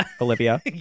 Olivia